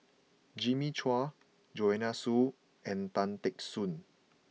Jimmy Chua Joanne Soo and Tan Teck Soon